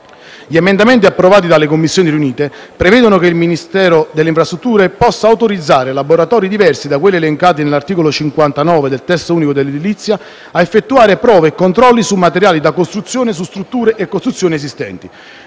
Gli emendamenti approvati dalle Commissioni riunite prevedono che il Ministero delle infrastrutture possa autorizzare laboratori diversi da quelli elencati nell'articolo 59 del testo unico dell'edilizia a effettuare prove e controlli su materiali da costruzione su strutture e costruzioni esistenti;